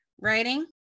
writing